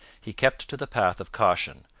he kept to the path of caution,